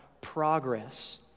progress